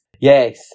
Yes